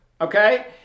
okay